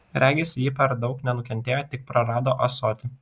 regis ji per daug nenukentėjo tik prarado ąsotį